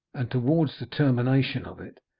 and towards the termination of it,